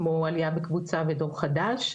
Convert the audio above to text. כמו עלייה בקבוצה ודור חדש.